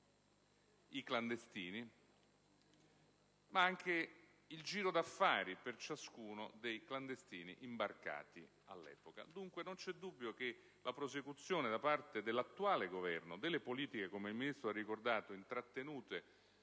i clandestini, ma anche al giro di affari per ciascuno dei clandestini imbarcati all'epoca. Dunque, non vi è dubbio che da parte dell'attuale Governo la prosecuzione delle politiche, come il Ministro ha ricordato, intrattenute